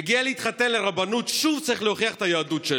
מגיע להתחתן ברבנות ושוב צריך להוכיח את היהדות שלו.